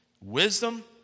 Wisdom